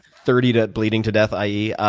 thirty to bleeding to death, i e.